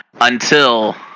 until-